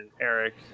Eric